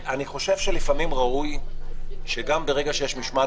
אני חושב שלפעמים ראוי שגם ברגע שיש משמעת